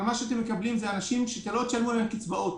אבל מה שמקבלים הם אנשים שלא ישלמו להם קצבאות.